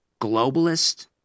globalist